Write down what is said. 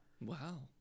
Wow